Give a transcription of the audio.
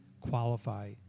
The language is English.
qualify